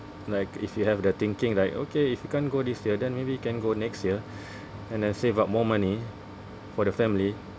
like if you have the thinking like okay if you can't go this year then maybe can go next year and then save up more money for the family